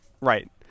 Right